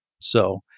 So-